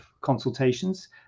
consultations